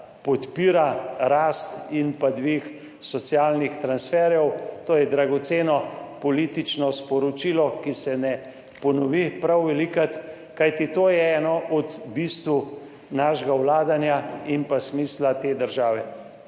podpira rast in pa dvig socialnih transferjev. To je dragoceno politično sporočilo, ki se ne ponovi prav velikokrat, kajti to je eno od bistev našega vladanja in pa smisla te države,